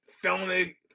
felony